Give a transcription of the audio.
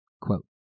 quote